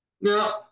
now